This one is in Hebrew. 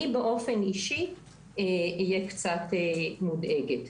אני באופן אישי אהיה קצת מודאגת.